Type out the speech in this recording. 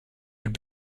had